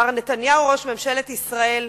מר נתניהו, ראש ממשלת ישראל,